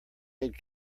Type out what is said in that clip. aid